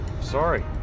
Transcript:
Sorry